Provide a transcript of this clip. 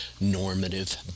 normative